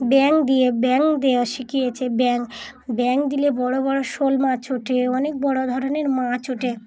ব্যাঙ দিয়ে ব্যাঙ দেওয়া শিখিয়েছে ব্যাঙ ব্যাঙ দিলে বড়ো বড়ো শোল মাছ ওঠে অনেক বড়ো ধরনের মাছ ওঠে